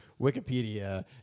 Wikipedia